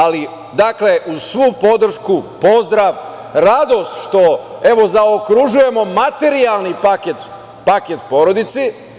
Ali, dakle, uz svu podršku pozdrav, radost što, evro, zaokružujemo materijalni paket, paket porodici.